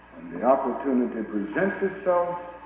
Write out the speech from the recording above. the opportunity presents itself